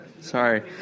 sorry